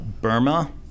Burma